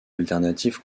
alternatif